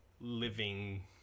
living